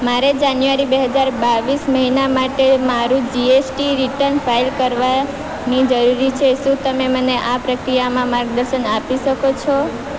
મારે જાન્યુઆરી બે હજાર બાવીસ મહિના માટે મારું જીએસટી રિટર્ન ફાઇલ કરવાની જરૂરી છે શું તમે મને આ પ્રક્રિયામાં માર્ગદર્શન આપી શકો છો